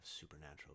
supernatural